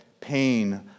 pain